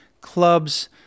clubs